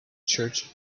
church